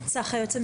צח, היועץ המשפטי.